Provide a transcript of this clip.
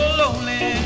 lonely